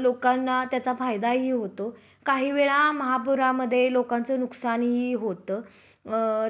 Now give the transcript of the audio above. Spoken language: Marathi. लोकांना त्याचा फायदाही होतो काही वेळा महापुरामध्ये लोकांचं नुकसानही होतं